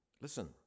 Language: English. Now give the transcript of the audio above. listen